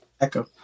Echo